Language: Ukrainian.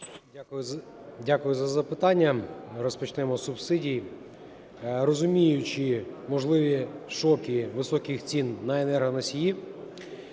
Дякую за запитання. Розпочнемо з субсидій. Розуміючи можливі шоки високих цін на енергоносії,